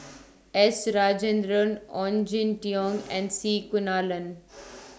S Rajendran Ong Jin Teong and C Kunalan